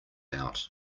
out